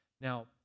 Now